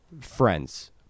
friends